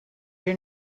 your